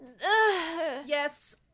Yes